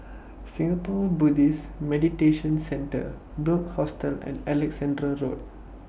Singapore Buddhist Meditation Centre Bunc Hostel and Alexandra Road